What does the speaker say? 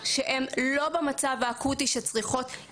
כמו שאמרתי חצי מיליארד,